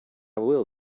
will